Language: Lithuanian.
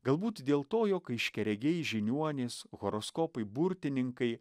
galbūt dėl to jog aiškiaregiai žiniuonės horoskopai burtininkai